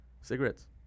cigarettes